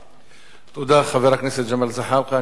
תודה, חבר הכנסת ג'מאל זחאלקה.